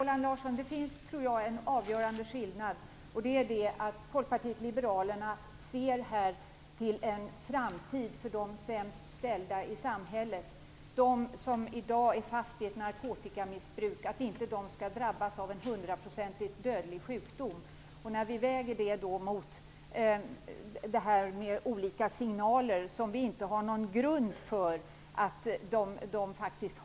Fru talman! Det finns en avgörande skillnad oss emellan. Folkpartiet liberalerna ser till en framtid för de sämst ställda i samhället, dem som i dag är fast i ett narkotikamissbruk. Vi vill att de inte skall drabbas av en hundraprocentigt dödlig sjukdom. Vi väger det mot signaler om olika saker vars effekter vi inte har fått belagda.